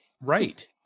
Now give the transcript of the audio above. Right